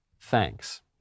Thanks